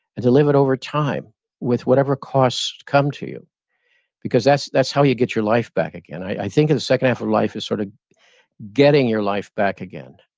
and to live it over time with whatever costs come to you because that's that's how you get your life back again. i think the the second half of life is sort of getting your life back again,